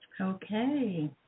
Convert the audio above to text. Okay